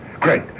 Great